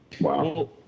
Wow